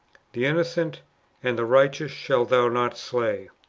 the innocent and the righteous shalt thou not slay.